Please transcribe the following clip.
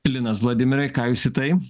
linas vladimirai ką jūs į tai